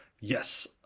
Yes